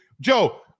Joe